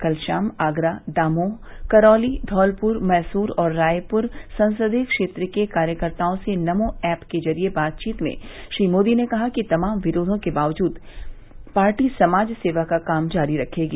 कल शाम आगरा दामोह करौली धौलपुर मैसूर और रायपुर संसदीय क्षेत्र के कार्यकर्ताओं से नमो ऐप के जरिए बातवीत में श्री मोदी ने कहा कि तमाम विरोधों के बावजूद पार्टी समाज सेवा का काम जारी रखेगी